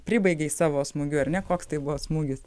pribaigei savo smūgiu ar ne koks tai buvo smūgis